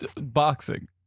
Boxing